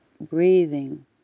Breathing